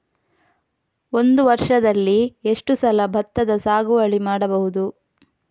ಒಂದು ವರ್ಷದಲ್ಲಿ ಎಷ್ಟು ಸಲ ಭತ್ತದ ಸಾಗುವಳಿ ಮಾಡಬಹುದು?